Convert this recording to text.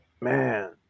man